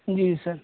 جی سر